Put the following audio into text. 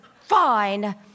fine